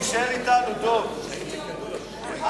דב, תישאר אתנו, דב,